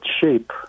shape